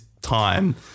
time